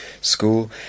school